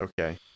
okay